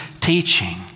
teaching